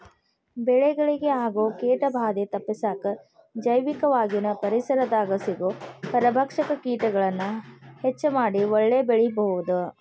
ಬೆಳೆಗಳಿಗೆ ಆಗೋ ಕೇಟಭಾದೆ ತಪ್ಪಸಾಕ ಜೈವಿಕವಾಗಿನ ಪರಿಸರದಾಗ ಸಿಗೋ ಪರಭಕ್ಷಕ ಕೇಟಗಳನ್ನ ಹೆಚ್ಚ ಮಾಡಿ ಒಳ್ಳೆ ಬೆಳೆಬೆಳಿಬೊದು